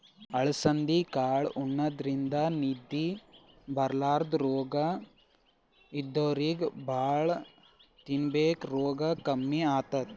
ಅಲಸಂದಿ ಕಾಳ್ ಉಣಾದ್ರಿನ್ದ ನಿದ್ದಿ ಬರ್ಲಾದ್ ರೋಗ್ ಇದ್ದೋರಿಗ್ ಭಾಳ್ ತಿನ್ಬೇಕ್ ರೋಗ್ ಕಮ್ಮಿ ಆತದ್